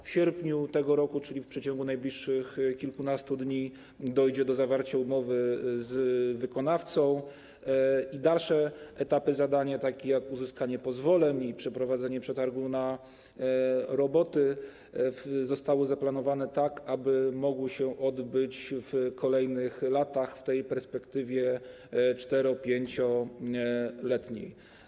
W sierpniu tego roku, czyli w przeciągu najbliższych kilkunastu dni, dojdzie do zawarcia umowy z wykonawcą i dalsze etapy zadania, takie jak uzyskanie pozwoleń i przeprowadzenie przetargu na roboty, zostały zaplanowane tak, aby mogły się odbyć w kolejnych latach w tej perspektywie 4-, 5-letniej.